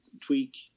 tweak